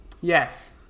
Yes